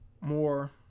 more